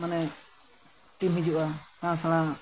ᱢᱟᱱᱮ ᱴᱤᱢ ᱦᱤᱡᱩᱜᱼᱟ